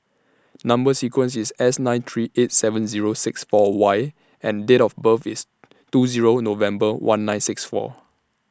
Number sequence IS S nine three eight seven Zero six four Y and Date of birth IS two Zero November one nine six four